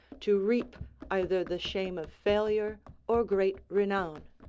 to reap either the shame of failure or great renown.